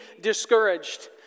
discouraged